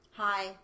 Hi